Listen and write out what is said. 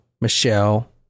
Michelle